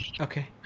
okay